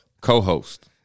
co-host